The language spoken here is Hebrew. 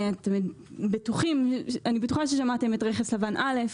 אני בטוחה ששמעתם על רכס לבן א',